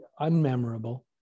unmemorable